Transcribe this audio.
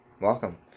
welcome